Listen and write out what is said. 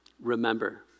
Remember